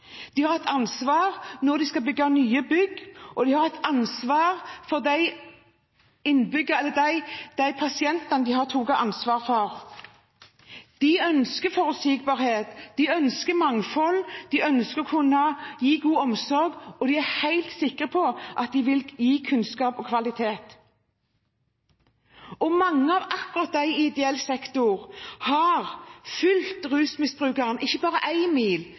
ansvar for de pasientene de har tatt ansvar for. De ønsker forutsigbarhet og mangfold, de ønsker å kunne gi god omsorg, og de er helt sikre på at de vil gi kunnskap og kvalitet. Mange av akkurat disse i ideell sektor har fulgt rusmisbrukeren ikke bare én mil,